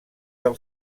del